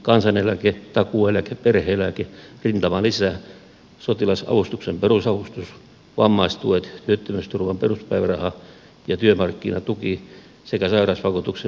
kansaneläke takuueläke perhe eläke rintamalisä sotilasavustuksen perusavustus vammaistuet työttömyysturvan peruspäiväraha ja työmarkkinatuki sekä sairausvakuutuksen vähimmäispäivärahat